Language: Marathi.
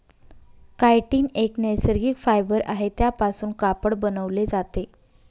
कायटीन एक नैसर्गिक फायबर आहे त्यापासून कापड बनवले जाते